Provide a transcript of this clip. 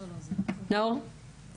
לא, השרה, אנחנו רוצים שתדברי.